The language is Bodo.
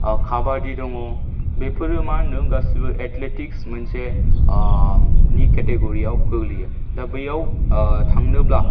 काबाडि दङ बेफोरो मा होनदों गासैबो एथलेटिक्स मोनसे नि केटेग'रियाव गोग्लैयो दा बैयाव थांनोब्ला